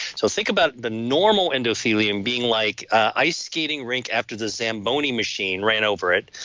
so think about the normal endothelium being like ice skating rink after the zamboni machine ran over it,